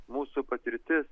mūsų patirtis